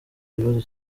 ibibazo